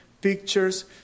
pictures